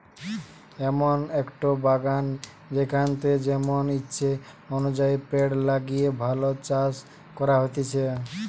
এমন একটো বাগান যেখানেতে যেমন ইচ্ছে অনুযায়ী পেড় লাগিয়ে ফল চাষ করা হতিছে